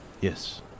Yes